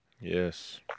Yes